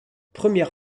première